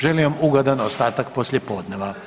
Želim vam ugodan ostatak poslijepodneva.